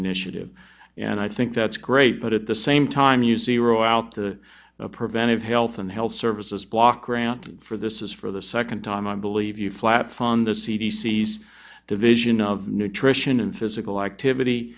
initiative and i think that's great but at the same time you zero out to preventive health and health services block grant for this is for the second time i believe you flats on the c d c s division of nutrition and physical activity